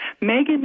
Megan